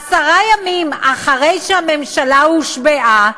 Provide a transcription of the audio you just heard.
עשרה ימים אחרי שהממשלה הושבעה,